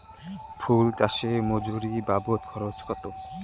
ফুল চাষে মজুরি বাবদ খরচ কত?